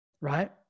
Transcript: right